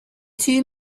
two